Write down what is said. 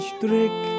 Strick